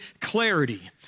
clarity